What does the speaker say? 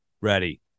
ready